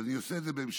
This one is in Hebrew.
ואני עושה את זה בהמשכים,